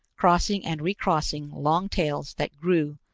crossing and recrossing long tails that grew,